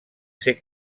ser